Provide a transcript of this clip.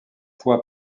fois